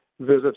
visits